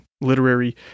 literary